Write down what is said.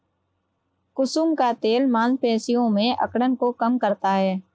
कुसुम का तेल मांसपेशियों में अकड़न को कम करता है